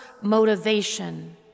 motivation